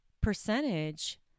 percentage